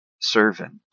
servant